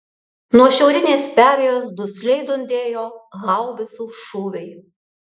nuo šiaurinės perėjos dusliai dundėjo haubicų šūviai